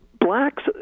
blacks